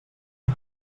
cal